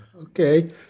okay